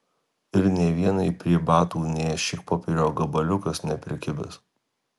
ir nė vienai prie batų nė šikpopierio gabaliukas neprikibęs